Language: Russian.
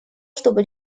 чтобы